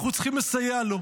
אנחנו צריכים לסייע לו.